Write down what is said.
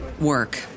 work